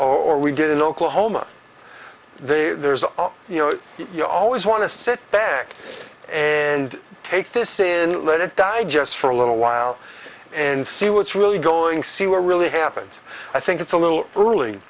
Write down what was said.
or we did in oklahoma there's a you know you always want to sit back and take this in let it die just for a little while and see what's really going see were really happened i think it's a little early